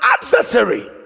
adversary